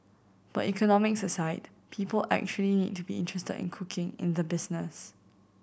but economics aside people actually need to be interested in cooking in the business